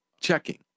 checking